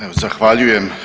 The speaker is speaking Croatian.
Evo zahvaljujem.